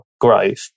growth